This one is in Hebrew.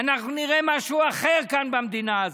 אנחנו נראה משהו אחר כאן במדינה הזאת,